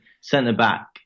centre-back